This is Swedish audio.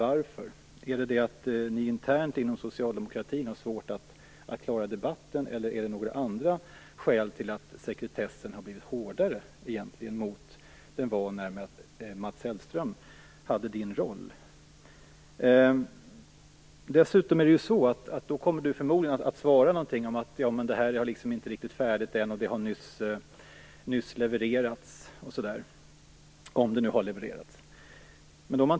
Beror det på att ni internt inom socialdemokratin har svårt att klara debatten, eller finns det andra skäl till att sekretessen egentligen har blivit hårdare jämfört med vad den var då Mats Hellström hade samma roll som Leif Pagrotsky nu har? Förmodligen svarar statsrådet att det här inte är riktigt färdigt ännu och att det har nyligen levererats - om det nu har levererats.